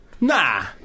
Nah